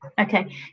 Okay